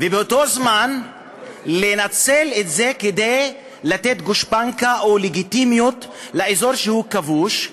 ובאותו זמן לנצל את זה כדי לתת גושפנקה או לגיטימיות לאזור שהוא כבוש,